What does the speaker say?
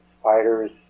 spiders